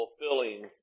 fulfilling